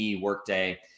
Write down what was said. Workday